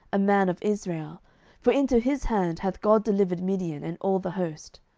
a man of israel for into his hand hath god delivered midian, and all the host.